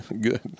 Good